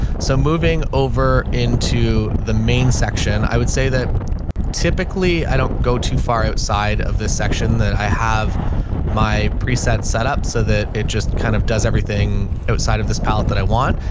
so moving over into the main section, i would say that typically i don't go too far outside of this section, that i have my preset set up so that it just kind of does everything outside of this pallet that i want.